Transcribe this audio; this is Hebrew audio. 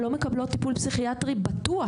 לא מקבלות טיפול פסיכיאטרי בטוח,